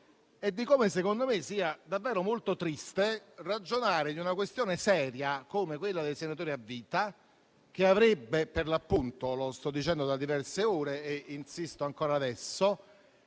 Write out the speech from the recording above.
e di come sia davvero molto triste ragionare di una questione seria, come quella dei senatori a vita, che avrebbe meritato, come sto dicendo da diverse ore e sto facendo ancora adesso,